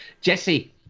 Jesse